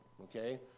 Okay